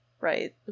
right